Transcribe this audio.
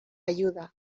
ayuda